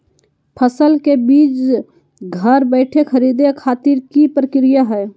फसल के बीज घर बैठे खरीदे खातिर की प्रक्रिया हय?